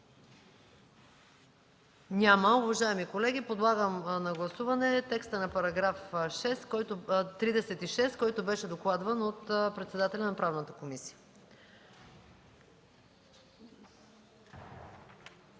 Няма. Уважаеми колеги, подлагам на гласуване текста на § 36, който беше докладван от председателя на Правната комисия.